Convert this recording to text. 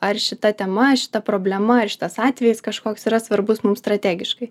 ar šita tema šita problema ar šitas atvejis kažkoks yra svarbus mums strategiškai